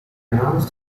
announced